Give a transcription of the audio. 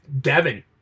Devin